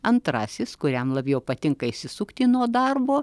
antrasis kuriam labjau patinka išsisukti nuo darbo